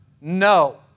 No